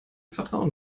vertrauen